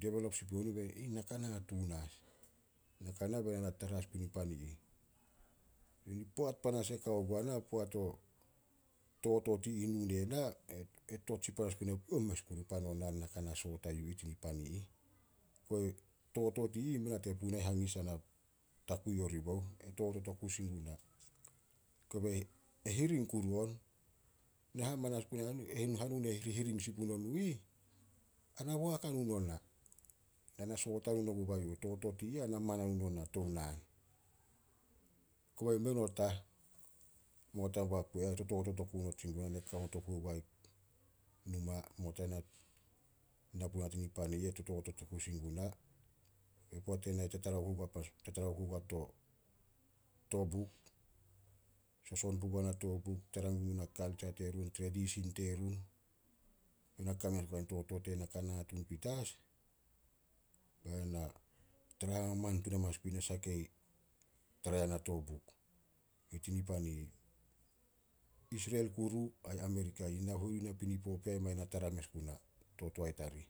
Divelop sin puno nuh be na, "Na ka na tuun as." Na ka nah be na na tara as gun i pan i ih. Poat panas e kao guana, poat o totot i ih nu ne na, tot sin panas guna, puoh! Mes kuru pan o naan na ka soot a yu ih tani pan i ih. Totot i ih mei nate puna hangis ana takui oribouh, e totot oku sin guna. Kobe, e hiring kuru on, youh hanun hiring sin puno nuh ih, ana boak hanun ona. Na na soot hanun oguba yu eh, totot i ih na man hanun ona tou naan. Kobai mei not ah, mei not a boak puh, hare ne tototot oku not sin guna, ne kao not oku guai numa, mei not a na puna tani pan i eh, tototo oku sin guna. Poat ena tatara oku gua to- to buk, soson puguana to buk, tara gun a kaltsa terun, tredisin terun, be na kame as guo kain totot i eh, na ka na tuun petas, be na tara hamaman tuun amanas gun nasah kei tara yana to buk, tani pan i ih. Isrel kuru ai Amerika, nahuenu napinipo pea mangin na tara mes guna, to toae tarih.